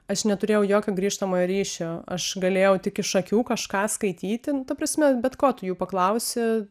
aš neturėjau jokio grįžtamojo ryšio aš galėjau tik iš akių kažką skaityti ta prasme bet ko tu jų paklausi